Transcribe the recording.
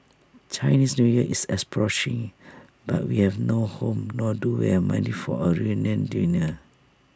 Chinese New Year is approaching but we have no home nor do we have money for A reunion dinner